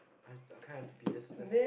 I've I have to pee let's let's